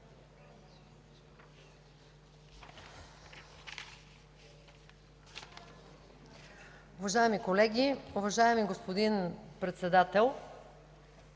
Уважаеми колеги, уважаеми господин Председател,